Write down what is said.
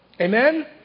Amen